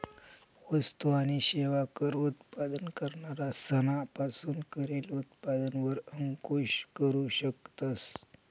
वस्तु आणि सेवा कर उत्पादन करणारा सना पासून करेल उत्पादन वर अंकूश करू शकतस